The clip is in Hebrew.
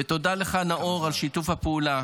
ותודה לך, נאור, על שיתוף הפעולה,